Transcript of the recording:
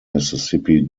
mississippi